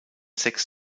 sechs